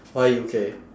why U_K